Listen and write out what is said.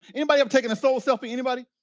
anybody ever taken a sole selfie, anybody?